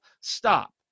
stop